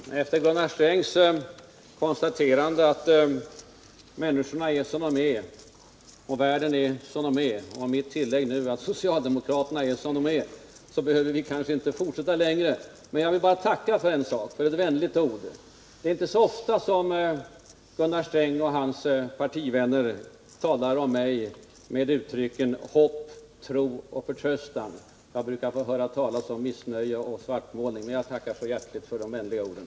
Herr talman! Efter Gunnar Strängs konstaterande att människorna är som de är och världen är som den är och mitt tillägg nu att socialdemokraterna är som de är, behöver vi kanske inte fortsätta längre. Men jag vill tacka för ett vänligt ord. Det är inte så ofta som Gunnar Sträng och hans partivänner talar om mig med uttrycken hopp. tro och förtröstan. Jag brukar få höra talas om missnöje och svartmålning. Jag tackar så hjärtligt för de vänliga orden!